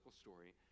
story